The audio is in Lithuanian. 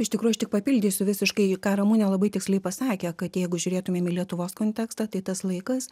iš tikrųjų aš tik papildysiu visiškai ką ramunė labai tiksliai pasakė kad jeigu žiūrėtumėm į lietuvos kontekstą tai tas laikas